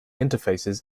interfaces